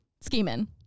scheming